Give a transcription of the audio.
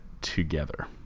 together